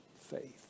faith